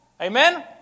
amen